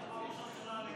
אמר ראש ממשלה לגיטימי,